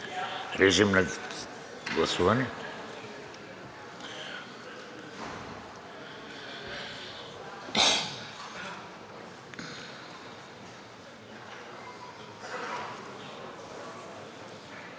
режим на гласуване